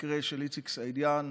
המקרה של איציק סעידיאן